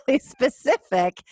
specific